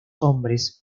hombres